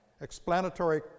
explanatory